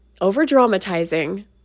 over-dramatizing